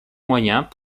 moyens